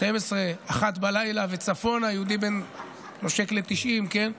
24:00, 01:00 וצפונה, יהודי נושק ל-90.